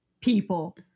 people